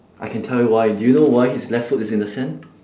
I can tell you why do you know why his left foot is in the sand